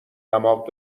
دماغ